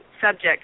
subject